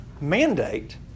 mandate